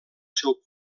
seu